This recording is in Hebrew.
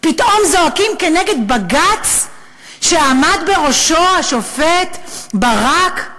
פתאום זועקים כנגד בג"ץ, שעמד בראשו השופט ברק?